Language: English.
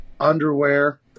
underwear